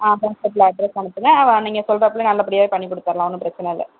ஆ வாட்ஸ்அப்பில அட்ரெஸ் அனுப்புங்கள் நீங்கள் சொல்லுறப்பவே நல்லபடியாக பண்ணிக் கொடுத்துட்லாம் ஒன்றும் பிரச்சனை இல்லை